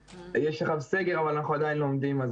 יש עכשיו סגר, אבל אנחנו עדיין לומדים.